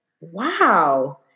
wow